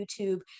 YouTube